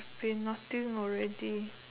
we nothing already